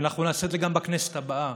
ואנחנו נעשה את זה גם בכנסת הבאה: